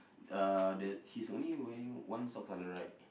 uh the he's only wearing one socks on the right